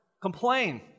Complain